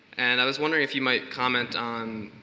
and i was wondering if you might comment on